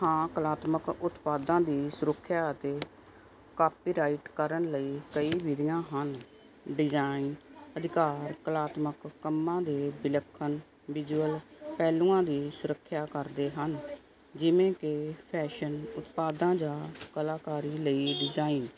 ਹਾਂ ਕਲਾਤਮਕ ਉਤਪਾਦਾਂ ਦੀ ਸੁਰੱਖਿਆ ਅਤੇ ਕਾਪੀਰਾਈਟ ਕਰਨ ਲਈ ਕਈ ਵਿਧੀਆਂ ਹਨ ਡਿਜਾਈਨ ਅਧਿਕਾਰ ਕਲਾਤਮਕ ਕੰਮਾਂ ਦੇ ਵਿਲੱਖਣ ਵਿਜੂਅਲ ਪਹਿਲੂਆਂ ਦੀ ਸੁਰੱਖਿਆ ਕਰਦੇ ਹਨ ਜਿਵੇਂ ਕਿ ਫੈਸ਼ਨ ਉਤਪਾਦਾਂ ਜਾਂ ਕਲਾਕਾਰੀ ਲਈ ਡਿਜਾਇਨ